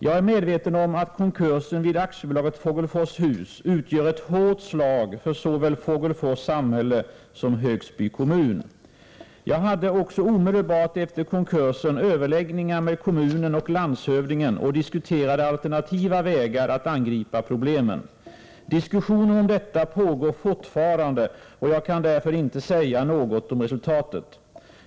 Jag är medveten om att konkursen vid AB Fogelfors-Hus utgör ett hårt slag för såväl Fågelfors samhälle som Högsby kommun. Jag hade också omedelbart efter konkursen överläggningar med kommunen och landshövdingen och diskuterade alternativa vägar att angripa problemen. Diskussioner om detta pågår fortfarande, och jag kan därför inte säga något om resultatet.